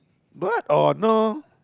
but or no